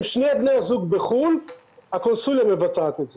אם שני בני הזוג בחו"ל הקונסוליה מבצעת את זה.